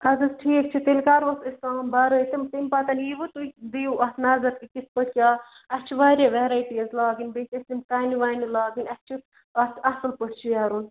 اَدٕ حظ ٹھیٖک چھُ تیٚلہِ کَرہوس أسۍ تام بَرٲے تہٕ تَمہِ پَتَن یِیٖوٕ تُہۍ دِیِو اَتھ نظر تہٕ کِتھٕ پٲٹھۍ یا اَسہِ چھِ واریاہ ویرایٹیٖز لاگٕنۍ بیٚیہِ چھِ اَسہِ تِم کَنہِ وَنہِ لاگٕنۍ اَسہِ چھُ اَتھ اَصٕل پٲٹھۍ شیرُن